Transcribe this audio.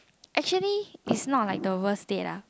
actually it's not like the worst date lah